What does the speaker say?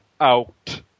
out